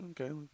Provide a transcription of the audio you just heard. okay